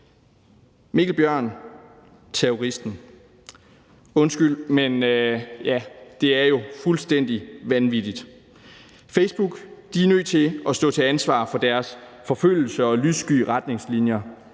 Mikkel Bjørn, terroristen. Undskyld, men det er jo fuldstændig vanvittigt. Facebook er nødt til at stå til ansvar for deres forfølgelse og lyssky retningslinjer.